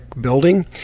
Building